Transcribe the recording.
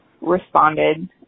responded